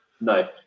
No